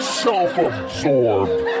self-absorbed